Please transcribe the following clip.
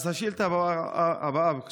השאילתה הבאה, בבקשה.